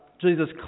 Jesus